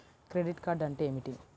Credit card అంటే ఏమిటి?